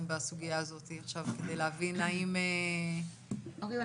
בסוגיה הזאת כדי להבין האם --- אורי הוא